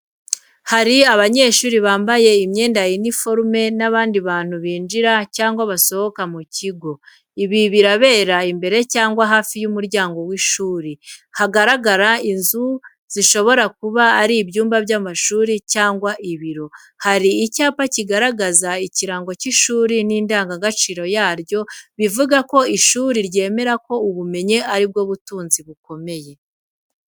Hari abanyeshuri bambaye imyenda ya uniforme n’abandi bantu binjira cyangwa basohoka mu kigo. Ibi birabera imbere cyangwa hafi y’umuryango w’ishuri, hagaragara inzu zishobora kuba ari ibyumba by’amashuri cyangwa ibiro. Hari icyapa kigaragaza ikirango cy’ishuri n’indangagaciro yaryo bivuze ko ishuri ryemera ko ubumenyi ari bwo butunzi bukomeye.